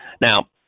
Now